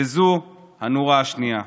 וזו הנורה השנייה.